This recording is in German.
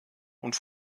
und